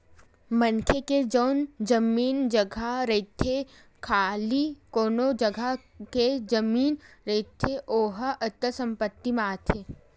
मनखे के जउन जमीन जघा रहिथे खाली कोनो जघा के जमीन रहिथे ओहा अचल संपत्ति म आथे